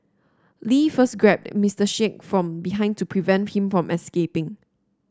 Lee first grabbed Mister Sheikh from behind to prevent him from escaping